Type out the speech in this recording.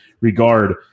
regard